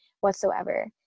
whatsoever